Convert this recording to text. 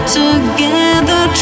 together